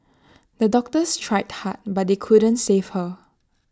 the doctors tried hard but they couldn't save her